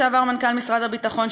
לשעבר מנכ"ל משרד הביטחון,